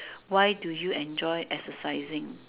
why do you enjoy exercising